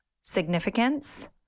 significance